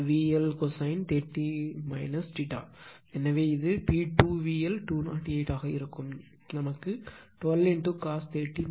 எனவே இது P2 VL 208 ஆக இருக்கும் நமக்கு 12 cos 30 36